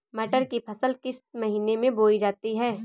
मटर की फसल किस महीने में बोई जाती है?